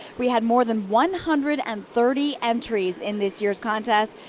we had more than one hundred and thirty entries in this year's contest,